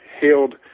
hailed